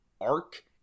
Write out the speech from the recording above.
arc